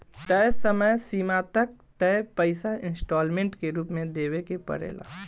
तय समय सीमा तक तय पइसा इंस्टॉलमेंट के रूप में देवे के पड़ेला